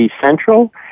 central